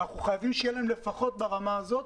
אנחנו חייבים שיהיה להם לפחות ברמה הזאת,